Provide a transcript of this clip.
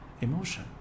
emotion